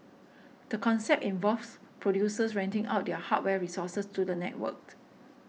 the concept involves producers renting out their hardware resources to the networked